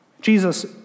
Jesus